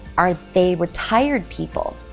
are they retired people?